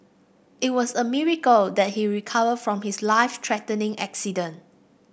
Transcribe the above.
it was a miracle that he recovered from his life threatening accident